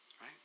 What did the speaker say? right